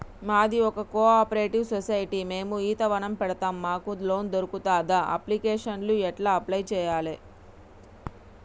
మాది ఒక cooperative society మేము ఈత వనం పెడతం మాకు లోన్ దొర్కుతదా? అప్లికేషన్లను ఎట్ల అప్లయ్ చేయాలే?